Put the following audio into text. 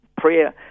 prayer